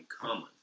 common